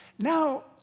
Now